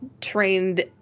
Trained